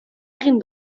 egin